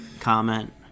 comment